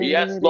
Yes